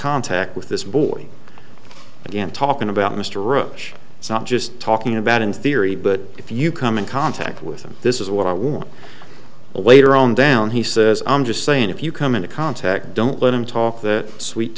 contact with this boy again talking about mr roach it's not just talking about in theory but if you come in contact with him this is what i want a later on down he says i'm just saying if you come into contact don't let him talk that sweet